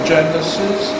Genesis